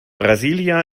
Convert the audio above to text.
brasília